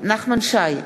נחמן שי,